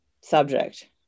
subject